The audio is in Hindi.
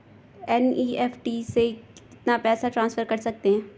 एन.ई.एफ.टी से कितना पैसा ट्रांसफर कर सकते हैं?